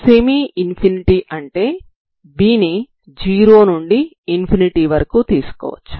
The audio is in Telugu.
సెమీ ఇన్ఫినిటీ అంటే B ని 0 నుండి ∞ వరకు తీసుకోవచ్చు